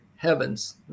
heavens